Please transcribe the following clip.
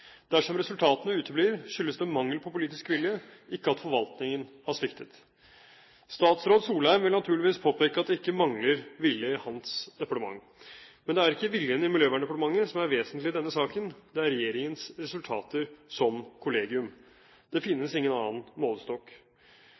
Dersom resultatene uteblir, skyldes det mangel på politisk vilje – ikke at forvaltningen har sviktet. Statsråd Solheim vil naturligvis påpeke at det ikke mangler vilje i hans departement, men det er ikke viljen i Miljøverndepartementet som er vesentlig i denne saken; det er regjeringens resultater som kollegium. Det finnes ingen annen